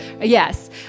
Yes